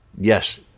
yes